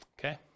okay